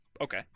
Okay